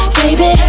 baby